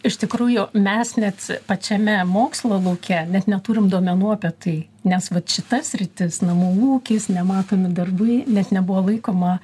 iš tikrųjų mes net pačiame mokslo lauke net neturim duomenų apie tai nes vat šita sritis namų ūkis nematomi darbai net nebuvo laikoma